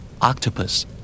Octopus